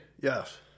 Yes